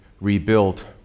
rebuilt